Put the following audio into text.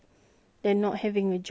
what about you what do you think